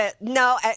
No